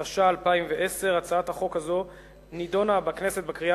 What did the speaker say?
התש"ע 2010. הצעת החוק הזו נדונה בכנסת בקריאה